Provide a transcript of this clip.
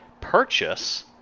purchase